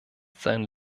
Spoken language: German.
seinen